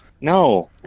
no